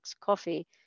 coffee